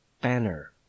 banner